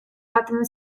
latem